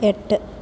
എട്ട്